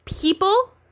people